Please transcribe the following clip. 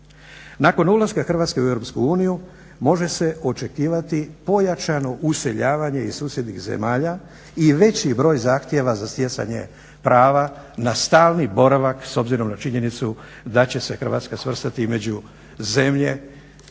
Nakon ulaska Hrvatske u Europsku uniju može se očekivati pojačano useljavanje iz susjednih zemalja i veći broj zahtjeva za stjecanje prava na stalni boravak s obzirom na činjenicu da će se Hrvatska svrstati među zemlje